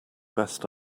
best